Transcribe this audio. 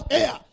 air